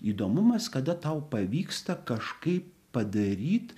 įdomumas kada tau pavyksta kažkaip padaryt